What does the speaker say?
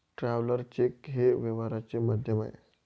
traveller cheque हे व्यवहाराचे माध्यम आहे